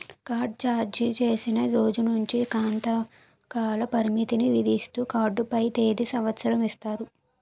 card జారీచేసిన రోజు నుంచి కొంతకాల పరిమితిని విధిస్తూ కార్డు పైన తేది సంవత్సరం ఇస్తారు